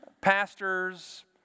pastors